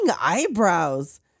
eyebrows